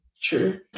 True